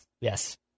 Yes